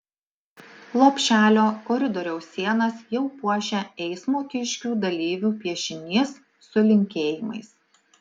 lopšelio koridoriaus sienas jau puošia eismo kiškių dalyvių piešinys su linkėjimais